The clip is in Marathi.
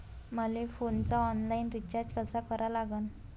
मले फोनचा ऑनलाईन रिचार्ज कसा करा लागन?